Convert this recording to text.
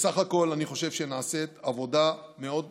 בסך הכול אני חושב שנעשית עבודה מאוד משמעותית.